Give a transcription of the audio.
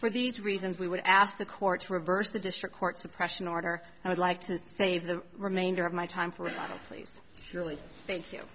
for these reasons we would ask the court to reverse the district court suppression order i would like to save the remainder of my time for please really thank you